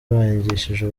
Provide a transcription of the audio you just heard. banyigishije